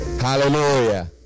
Hallelujah